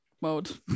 mode